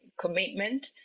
commitment